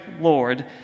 Lord